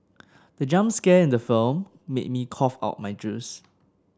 the jump scare the film made me cough out my juice